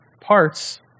parts